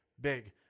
big